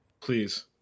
Please